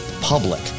public